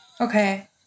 Okay